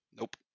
Nope